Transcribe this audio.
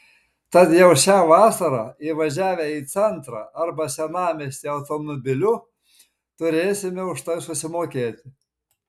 tad jau šią vasarą įvažiavę į centrą arba senamiestį automobiliu turėsime už tai susimokėti